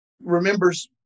remembers